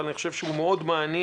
אבל אני חושב שהוא מאוד מעניין.